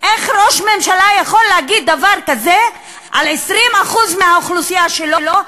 איך ראש ממשלה יכול להגיד דבר כזה על 20% מהאוכלוסייה שלו,